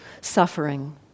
suffering